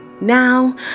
now